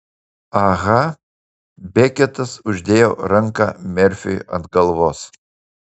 aha beketas uždėjo ranką merfiui ant galvos